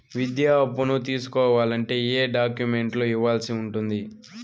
విద్యా అప్పును తీసుకోవాలంటే ఏ ఏ డాక్యుమెంట్లు ఇవ్వాల్సి ఉంటుంది